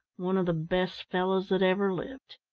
one of the best fellows that ever lived.